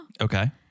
Okay